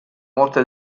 morte